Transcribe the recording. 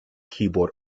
keyboard